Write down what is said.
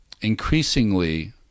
increasingly